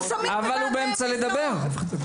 אני לא יכולה לשמוע,